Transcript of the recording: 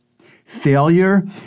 Failure